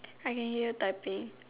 I can hear typing